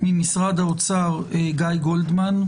ממשרד האוצר גיא גולדמן,